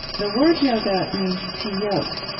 the word yoga means to yoke,